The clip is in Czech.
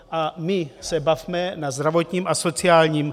A my se bavme na zdravotním a sociálním...